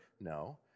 No